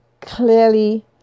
clearly